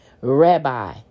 Rabbi